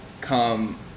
come